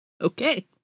Okay